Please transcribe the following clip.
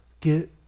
get